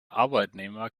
arbeitnehmer